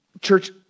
church